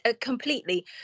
completely